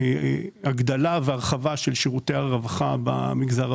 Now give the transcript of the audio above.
הגדלה והרחבה של שירותי רווחה במגזר הבדואי,